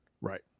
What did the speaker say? right